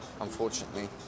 unfortunately